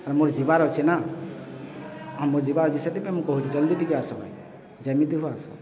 ଆରେ ମୋର ଯିବାର ଅଛି ନା ହଁ ମୋ ଯିବାର ଅଛି ସେଥିପାଇଁ ମୁଁ କହୁଛି ଜଲ୍ଦି ଟିକେ ଆସ ଭାଇ ଯେମିତି ହଉ ଆସ